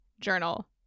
journal